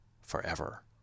forever